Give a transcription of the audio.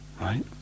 right